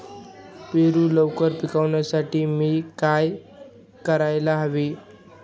पेरू लवकर पिकवण्यासाठी मी काय करायला हवे?